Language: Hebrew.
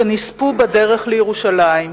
שנספו בדרך לירושלים,